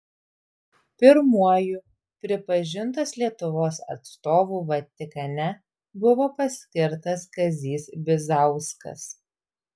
pirmuoju pripažintos lietuvos atstovu vatikane buvo paskirtas kazys bizauskas